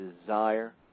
desire